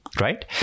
right